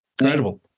incredible